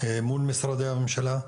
מול משרדי הממשלה.